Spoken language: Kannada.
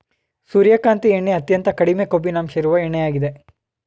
ಸೂರ್ಯಕಾಂತಿ ಎಣ್ಣೆ ಅತ್ಯಂತ ಕಡಿಮೆ ಕೊಬ್ಬಿನಂಶ ಇರುವ ಎಣ್ಣೆಯಾಗಿದೆ